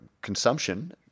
consumption